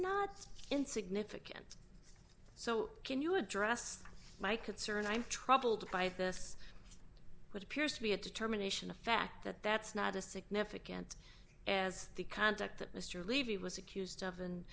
not insignificant so can you address my concern i'm troubled by this what appears to be a determination a fact that that's not a significant as the conduct that mr levy was accused of and